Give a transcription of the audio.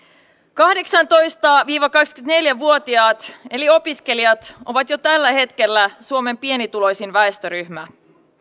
kahdeksantoista viiva kaksikymmentäneljä vuotiaat eli opiskelijat ovat jo tällä hetkellä suomen pienituloisin väestöryhmä